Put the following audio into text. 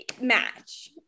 match